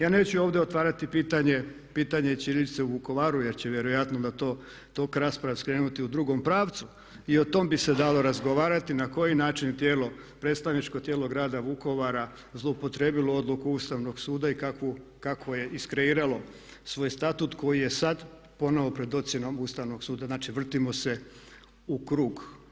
Ja neću ovdje otvarati pitanje ćirilice u Vukovaru jer će vjerojatno na to, tok rasprave skrenuti u drugom pravcu i o tom bi se dalo razgovarati na koji način tijelo, predstavničko tijelo grada Vukovara zloupotrijebilo odluku Ustavnog suda i kako je iskreiralo svoj Statut koji je sad ponovno pred ocjenom Ustavnog suda, znači vrtimo se u krug.